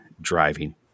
driving